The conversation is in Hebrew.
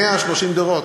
130 דירות.